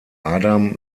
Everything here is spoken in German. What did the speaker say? adam